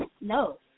No